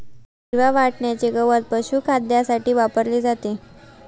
हिरव्या वाटण्याचे गवत पशुखाद्यासाठी वापरले जाते